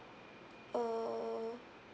uh